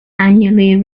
annually